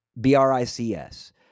B-R-I-C-S